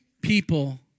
people